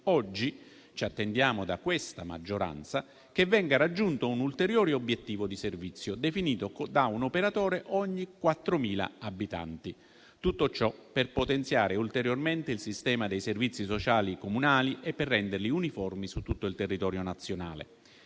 Oggi ci attendiamo da questa maggioranza che venga raggiunto un ulteriore obiettivo di servizio definito da un operatore ogni 4.000 abitanti, tutto ciò per potenziare ulteriormente il sistema dei servizi sociali comunali e per renderli uniformi su tutto il territorio nazionale.